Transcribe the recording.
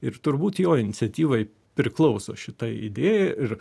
ir turbūt jo iniciatyvai priklauso šita idėja ir